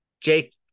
Jake